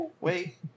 Wait